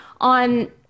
on